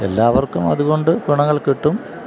എല്ലാവർക്കും അതുകൊണ്ട് ഗുണങ്ങൾ കിട്ടും